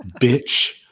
bitch